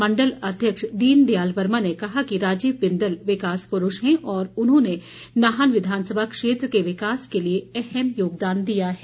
मण्डल अध्यक्ष दीन दयाल वर्मा ने कहा कि राजीव बिंदल विकास पुरूष हैं और उन्होंने नाहन विधानसभा क्षेत्र के विकास के लिए अहम योगदान दिया है